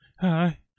Hi